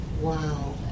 wow